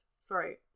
Sorry